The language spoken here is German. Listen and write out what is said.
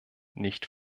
nicht